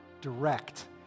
Direct